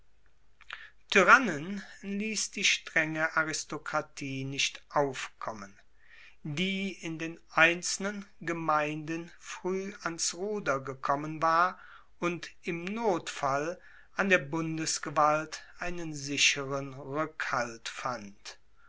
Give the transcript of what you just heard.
tyrannen liess die strenge aristokratie nicht aufkommen die in den einzelnen gemeinden frueh ans ruder gekommen war und im notfall an der bundesgewalt einen sicheren rueckhalt fand